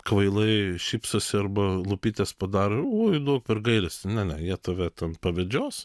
kvailai šypsosi arba lūpytes padaro nu per gailestį ne ne jie tave ten pavedžios